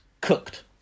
cooked